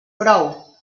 prou